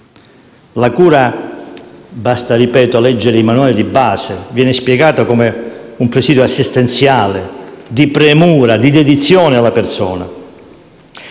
La cura - basta leggere i manuali di base - viene spiegata come un presidio assistenziale, di premura e dedizione alla persona.